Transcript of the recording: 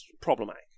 problematic